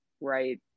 right